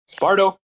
Bardo